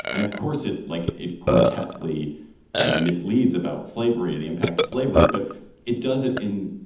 and, of course, it like it grotesquely you know misleads about slavery or the impact of slavery. but it does it in,